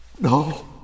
No